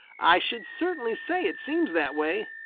i should certainly say it seems that way.